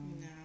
No